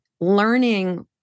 learning